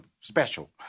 special